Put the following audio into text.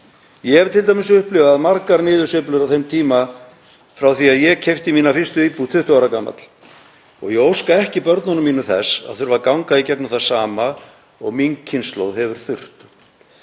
Ég hef t.d. upplifað margar niðursveiflur á þeim tíma frá því að ég keypti mína fyrstu íbúð 20 ára gamall. Ég óska ekki börnunum mínum þess að þurfa að ganga í gegnum það sama og mín kynslóð hefur þurft.